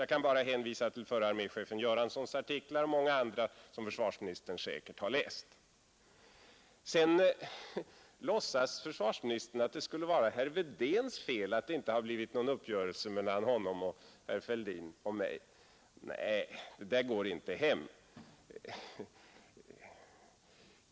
Jag kan bara hänvisa till förre arméchefen Göranssons artiklar och många andra, som försvarsministern säkert har läst. Sedan låtsas försvarsministern att det skulle vara herr Wedéns fel att det inte har blivit någon uppgörelse mellan försvarsministern, herr Fälldin och mig. Nej, det där går inte hem.